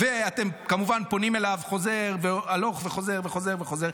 ואתם כמובן פונים אליו הולך וחוזר וחוזר וחוזר,